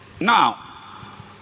Now